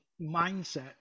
mindset